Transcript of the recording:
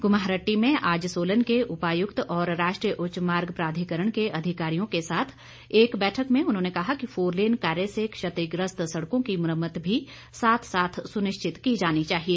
कुम्हारहट्टी में आज सोलन के उपायुक्त और राष्ट्रीय उच्च मार्ग प्राधिकरण के अधिकारियों के साथ एक बैठक में उन्होंने कहा कि फोरलेन कार्य से क्षतिग्रस्त सड़कों की मुरम्मत भी साथ साथ सुनिश्चित की जानी चाहिए